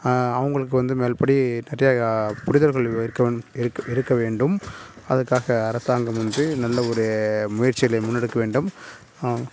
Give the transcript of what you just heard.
அவங்குளுக்கு வந்து மேல்படி நிறையா புரிதல் இருக்க வேணும் இருக்க இருக்க வேண்டும் அதுக்காக அரசாங்கம் வந்து நல்ல ஒரு முயற்சிகளை முன்னெடுக்க வேண்டும்